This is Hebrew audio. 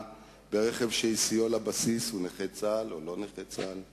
ברכב שהסיעו לבסיס הוא נכה צה"ל או לא נכה צה"ל?